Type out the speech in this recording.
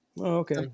Okay